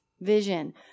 vision